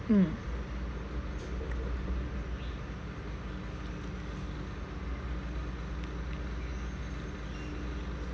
mm